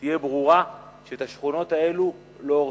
תהיה ברורה: שאת השכונות האלה לא הורסים.